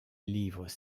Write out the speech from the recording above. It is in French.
livres